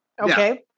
okay